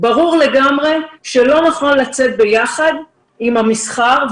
ברור לגמרי שלא נכון לצאת ביחד עם המסחר,